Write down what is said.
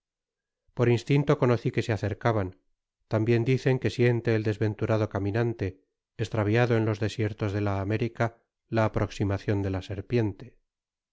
por instinto conoci que se acercaban tambien dicen que siente el desventurado caminante estraviado en los desiertos de la américa la aproximacion de la serpiente